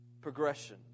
Progression